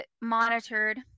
monitored